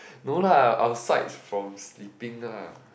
no lah asides from sleeping lah